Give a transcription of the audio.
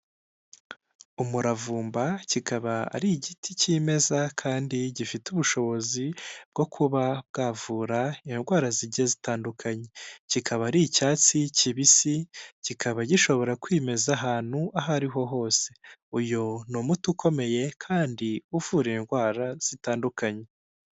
Umuravumba kikaba ari igiti kimeza kandi gifite ubushobozi bwo kuba bwavura indwara zigiye zitandukanye kikaba ari icyatsi kibisi kikaba gishobora kwimeza ahantu aho ari ho hose uyu ni umuti ukomeye kandi uvura indwara zitandukanye.